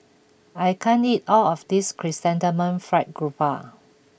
I can't eat all of this Chrysanthemum Fried Garoupa